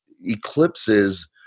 eclipses